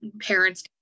parents